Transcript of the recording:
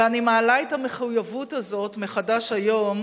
ואני מעלה את המחויבות הזאת מחדש היום,